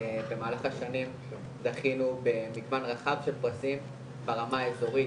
במהלך השנים זכינו במגוון רחב של פרסים ברמה האזורית,